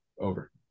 Over